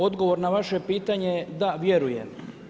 Odgovor na vaše pitanje, da vjerujem.